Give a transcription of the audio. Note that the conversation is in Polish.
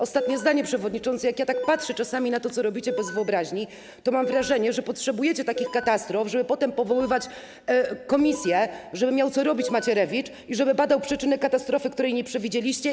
Ostatnie zdanie, przewodniczący, jak ja tak patrzę czasami na to, co robicie bez wyobraźni, to mam wrażenie, że potrzebujecie takich katastrof, żeby potem powoływać komisje, żeby miał co robić Macierewicz i żeby badał przyczynę katastrofy, której nie przewidzieliście.